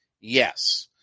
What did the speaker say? yes